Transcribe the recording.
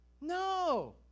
No